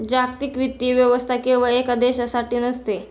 जागतिक वित्तीय व्यवस्था केवळ एका देशासाठी नसते